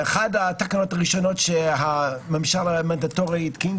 אחת התקנות הראשונות שהממשל המנדטורי התקין,